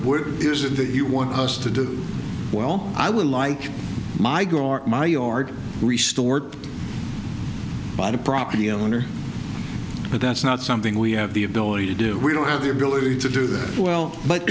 e is it that you want us to do well i would like my go or my yard restored by the property owner but that's not something we have the ability to do we don't have the ability to do that well but